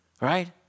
Right